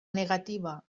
negativa